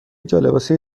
جالباسی